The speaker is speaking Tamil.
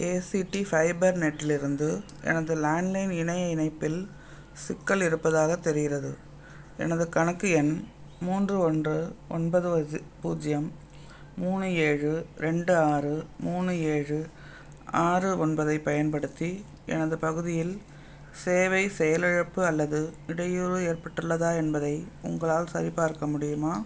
ஏசிடி ஃபைபர்நெட்டில் இருந்து எனது லேண்ட் லைன் இணைய இணைப்பில் சிக்கல் இருப்பதாகத் தெரிகிறது எனது கணக்கு எண் மூன்று ஒன்று ஒன்பது இது பூஜ்ஜியம் மூணு ஏழு ரெண்டு ஆறு மூணு ஏழு ஆறு ஒன்பதைப் பயன்படுத்தி எனது பகுதியில் சேவை செயலிழப்பு அல்லது இடையூறு ஏற்பட்டுள்ளதா என்பதை உங்களால் சரிபார்க்க முடியுமா